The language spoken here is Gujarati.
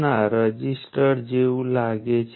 તેથી આ રઝિસ્ટર ઉપર ડીલીવર થતા પાવર માટેનું એક્સપ્રેશન છે